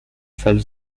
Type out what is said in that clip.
salle